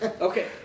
okay